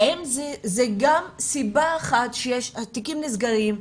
זה גם סיבה אחת שהתיקים נסגרים,